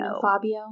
Fabio